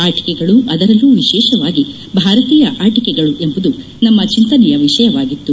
ಆಟಿಕೆಗಳು ಅದರಲ್ಲೂ ವಿಶೇಷವಾಗಿ ಭಾರತೀಯ ಆಟಿಕೆಗಳು ಎಂಬುದು ನಮ್ಮ ಚಿಂತನೆಯ ವಿಷಯವಾಗಿತ್ತು